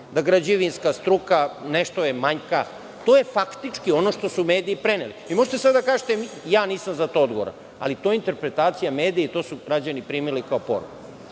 da građevinska struka, nešto joj manjka. To je faktički ono što su mediji preneli. Vi možete sada da kažete – ja nisam za to odgovoran. Ali, to je interpretacija medija i to su građani primili kao